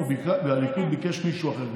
והליכוד ביקש מישהו אחר,